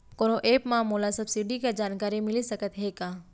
कोनो एप मा मोला सब्सिडी के जानकारी मिलिस सकत हे का?